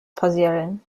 passieren